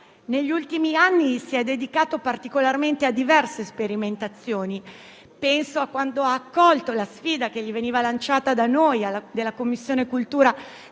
Negli ultimi anni si è dedicato particolarmente a diverse sperimentazioni. Penso a quando ha accolto la sfida, lanciata da noi della Commissione cultura,